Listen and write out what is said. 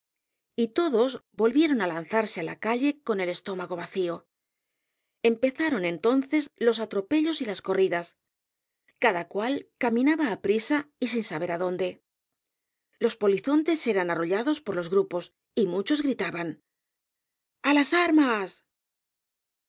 y todos volvieron á lanzarse á la calle con el estómago vacío empezaron entonces los atropellos y las corridas cada cual caminaba aprisa y sin saber adonde los polizontes eran arrollados por los grupos y muchos gritaban á las armas